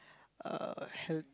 uh health